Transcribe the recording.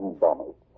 bombers